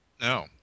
No